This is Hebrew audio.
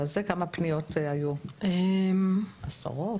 כמה פניות היו, עשרות?